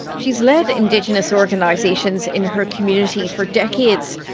she's led indigenous organisations in her community for decades,